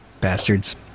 Bastards